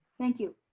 thank you.